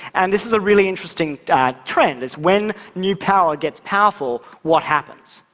and this is a really interesting trend, is when new power gets powerful, what happens?